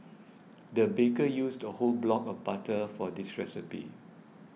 the baker used a whole block of butter for this recipe